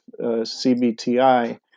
CBTI